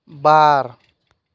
बार